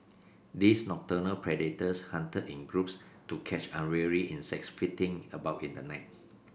these nocturnal predators hunted in groups to catch unwary insects flitting about in the night